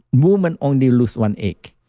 women only lose one egg.